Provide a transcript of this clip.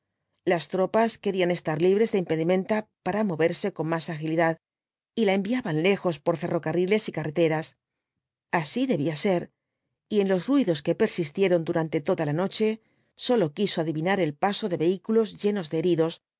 las tropas querían estar libres de impedimenta para moverse con más agilidad y la enviaban lejos por ferrocarriles y carreteras así debía ser y en los ruidos que persistieron durante toda la noche sólo quiso adivinar el paso de vehículos llenos de heridos